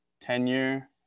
tenure